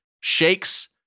shakes